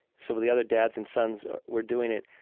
so the other dads and sons were doing it.